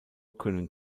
können